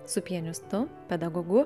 su pianistu pedagogu